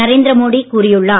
நரேந்திர மோடி கூறியுள்ளார்